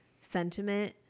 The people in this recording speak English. sentiment